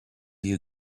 you